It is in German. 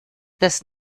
dass